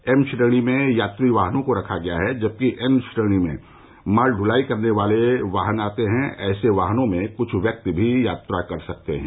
M श्रेणी में यात्री वाहनों को रखा गया है जबकि एन श्रेणी में माल ढ्लाई वाले वाहन आते हैं ऐसे वाहनों में कुछ व्यक्ति भी यात्रा कर सकते हैं